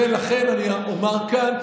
ולכן אני אומר כאן,